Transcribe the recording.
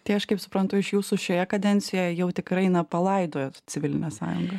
tai aš kaip suprantu iš jūsų šioje kadencijoje jau tikrai na palaidojot civilinę sąjungą